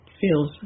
feels